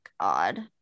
God